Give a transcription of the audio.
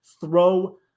throw